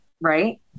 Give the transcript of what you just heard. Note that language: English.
right